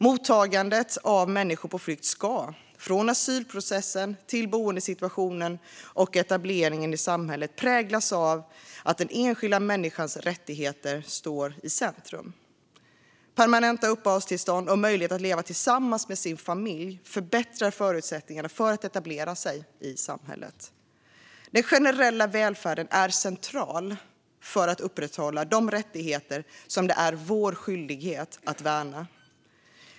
Mottagandet av människor på flykt ska, från asylprocessen till boendesituationen och etableringen i samhället, präglas av att den enskilda människans rättigheter står i centrum. Permanenta uppehållstillstånd och möjlighet att leva tillsammans med sin familj förbättrar förutsättningarna för att etablera sig i samhället. Den generella välfärden är central för att upprätthålla de rättigheter som det är vår skyldighet att värna.